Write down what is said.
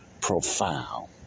profound